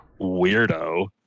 Weirdo